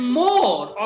more